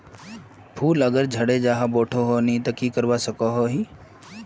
फूल अगर झरे जहा बोठो नी ते की करवा सकोहो ही?